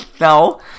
No